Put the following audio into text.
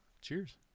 cheers